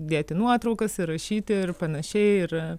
dėti nuotraukas ir rašyti ir panašiai ir